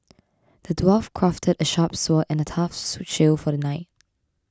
the dwarf crafted a sharp sword and a tough shield for the knight